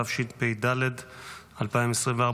התשפ"ד 2024,